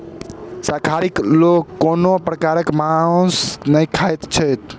शाकाहारी लोक कोनो प्रकारक मौंस नै खाइत छथि